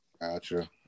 gotcha